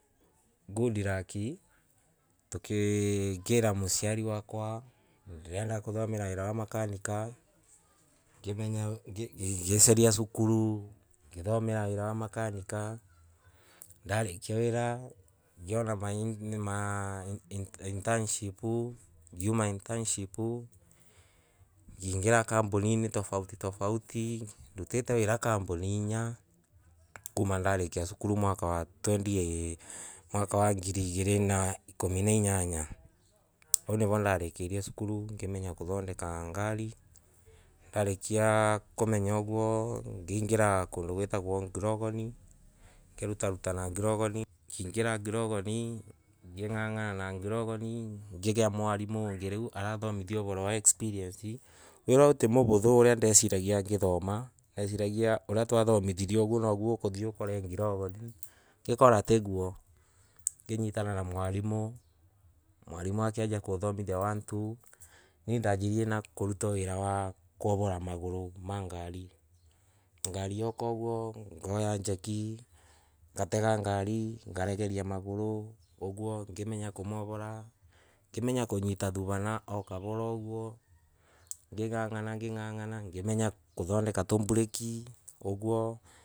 Goodluck tukangira muciari wakwa ndirenda kuthomora wira wa makanika ngisaria sukuru, ngithamera wira wa makanika, ndarakia wira ngiona ma internshipu, ndauna internshipu ngingara kamboninay tofauti tofauti ndutata wira kamboni inya kuma ndarakia sukuru mwaka wa twenty aay mwaka wa ngiri igiri na ikumi na inyanya vau nivo ndarikirie sukuru ngimenya kothondeka ngari, ndakakia komenya ngaingara kondo guitagwo ngrogoni, ngirutaruta na ngogoni, ngigia mwalimo ongay alahia ohoro wa experience wira oyo ti mohotho uria ndesiregi ngithoma ndesiragia uria twato mithagio uguo niguo ukatukore grogoni ngikora tiguo, nginyitana na mwalimu mwalimu akiajia kuhudithia one two nie ndajirie na kuretwo wira wa kuhorwo wira wa kwohora magoro mangari, ngari io koguo ngoya njeki, gatega ngari kunyita thufana ooh kahora oguo ngingangana ngingangana ngimenya kuthondeka tamberi oguo.